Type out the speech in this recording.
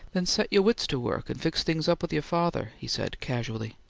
then set your wits to work and fix things up with your father, he said casually.